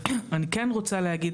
אני כן רוצה להגיד.